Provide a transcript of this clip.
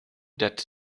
that